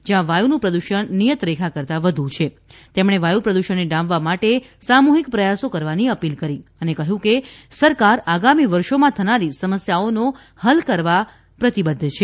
જયાં વાયુનુ પ્રદુષણ નીયત રેખા કરતા વધુ છે તેમણે વાયુ પ્રદુષણને ડામવા માટે સામુહિક પ્રયાસો કરવાની અપીલ કરી કહ્યું કે સરકાર આગામી વર્ષોમાં થનારી સમસ્યાઓનો હલ કરવા સરકાર પ્રતિબદ્ધ છે